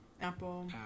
apple